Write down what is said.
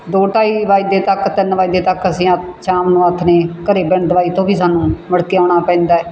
ਦੋ ਢਾਈ ਵੱਜਦੇ ਤੱਕ ਤਿੰਨ ਵੱਜਦੇ ਤੱਕ ਅਸੀਂ ਆ ਸ਼ਾਮ ਨੂੰ ਆਥਣੇ ਘਰ ਦਵਾਈ ਤੋਂ ਵੀ ਸਾਨੂੰ ਮੁੜ ਕੇ ਆਉਣਾ ਪੈਂਦਾ